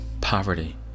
poverty